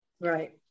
Right